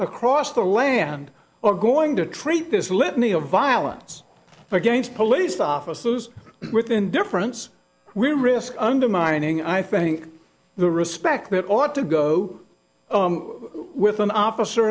across the land or going to treat this litany of violence against police officers with indifference we risk undermining i think the respect that ought to go with an officer